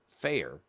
fair